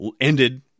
ended